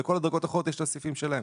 לכל הדרגות האחרות יש את הסעיפים שלהם,